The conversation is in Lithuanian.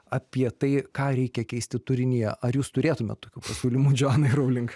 apie tai ką reikia keisti turinyje ar jūs turėtumėt tokių pasiūlymų džonai rowling